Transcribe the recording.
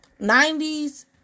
90s